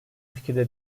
fikirde